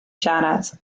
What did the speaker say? siarad